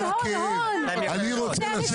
אני רוצה לשבת.